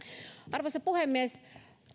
arvoisa puhemies